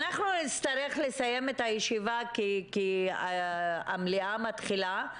נצטרך לסיים את הישיבה, כי המליאה מתחילה.